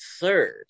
third